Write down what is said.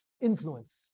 influence